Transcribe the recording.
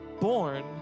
born